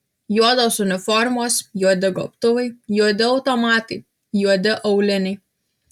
juodos uniformos juodi gobtuvai juodi automatai juodi auliniai